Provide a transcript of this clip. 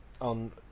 on